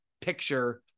picture